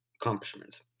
accomplishments